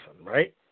right